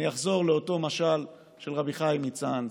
אני אחזור לאותו משל של רבי חיים מצאנז: